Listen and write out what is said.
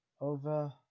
over